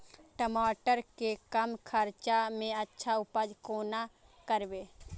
टमाटर के कम खर्चा में अच्छा उपज कोना करबे?